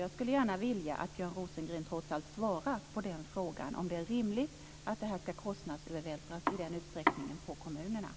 Jag skulle gärna vilja att Björn Rosengren trots allt svarar på frågan om det är rimligt att detta ska kostnadsövervältras på kommunerna i en sådan utsträckning.